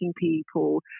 people